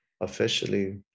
officially